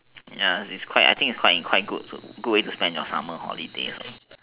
ya it's quite I think it's quite a good way to spend your summer holidays